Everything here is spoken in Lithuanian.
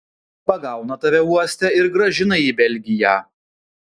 pagauna tave uoste ir grąžina į belgiją